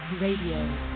Radio